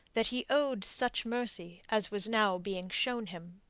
that he owed such mercy as was now being shown him.